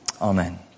Amen